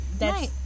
Right